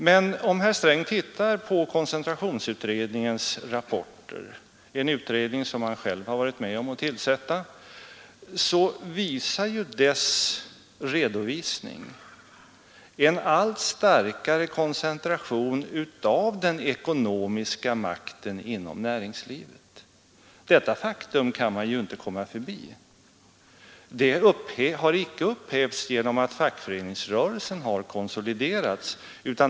Men om herr Sträng ser på rapporterna från koncentrationsutredningen — en utredning som han själv varit med om att tillsätta — finner han att dess redovisning pekar på en allt starkare koncentration av den ekonomiska makten inom näringslivet. Detta faktum kan man inte komma förbi. Dess giltighet har icke upphävts genom att fackföreningsrörelsen har konsoliderats.